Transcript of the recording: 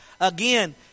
again